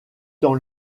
dans